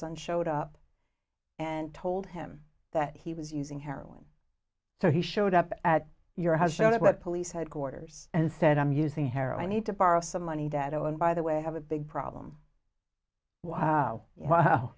stepson showed up and told him that he was using heroin so he showed up at your house showed up at police headquarters and said i'm using heroin need to borrow some money that oh and by the way i have a big problem wow wow